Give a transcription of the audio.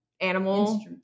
animal